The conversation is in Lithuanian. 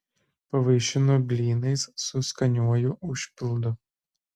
pavaišino blynais su skaniuoju užpildu